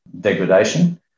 Degradation